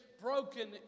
broken